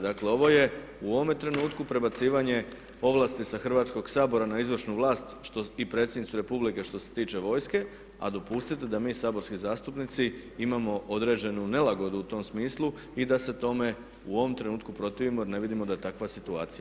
Dakle, ovo je u ovome trenutku prebacivanje ovlasti sa Hrvatskog sabora na izvršnu vlast i predsjednicu Republike što se tiče vojske, a dopustite da mi saborski zastupnici imamo određenu nelagodu u tom smislu i da se tome u ovom trenutku protivimo jer ne vidimo da je takva situacija.